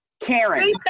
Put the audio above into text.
Karen